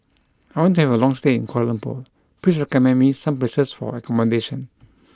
I want to have a long stay in Kuala Lumpur please recommend me some places for accommodation